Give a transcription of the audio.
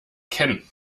ken